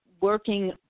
working